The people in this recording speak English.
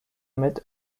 amid